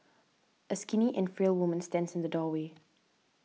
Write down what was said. a skinny and frail woman stands in the doorway